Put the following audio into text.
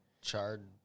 charred